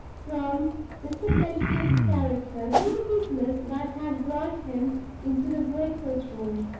from mr. pedgift's character to the business that had brought him into the breakfast-room.